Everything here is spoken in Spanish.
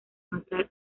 matar